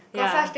ya